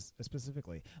specifically